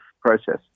process